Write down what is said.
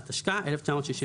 התשכ"ה-1965,